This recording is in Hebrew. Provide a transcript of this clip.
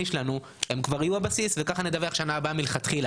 שלנו כבר יהיו הבסיס וככה נדווח בשנה הבאה מלכתחילה,